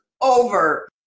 over